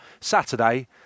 Saturday